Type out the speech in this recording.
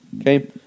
Okay